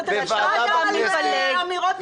אז אותה משוואה גם על אמירות מצדך,